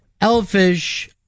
Elfish